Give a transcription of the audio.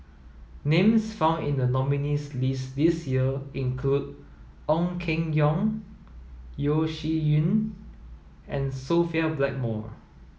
names found in the nominees' list this year include Ong Keng Yong Yeo Shih Yun and Sophia Blackmore